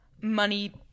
money